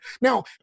Now